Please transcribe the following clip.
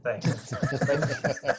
thanks